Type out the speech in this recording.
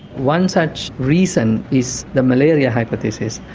one such reason is the malaria hypothesis.